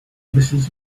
mrs